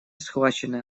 схвачены